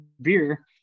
beer